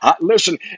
listen